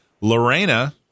Lorena